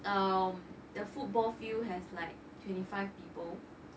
um the football field has like twenty five people